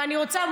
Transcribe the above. ואני רוצה,